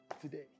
today